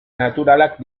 naturalak